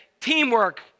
teamwork